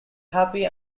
happy